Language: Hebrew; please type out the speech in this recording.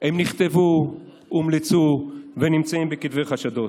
הן נכתבו, הומלצו וזה נמצא בכתבי חשדות.